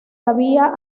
había